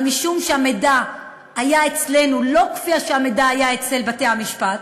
אבל משום שהמידע היה אצלנו לא כפי שהמידע היה אצל בתי-המשפט,